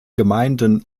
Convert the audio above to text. gemeinden